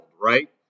right